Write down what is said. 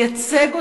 לייצג אותם.